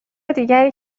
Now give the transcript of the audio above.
دیگری